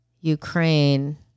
Ukraine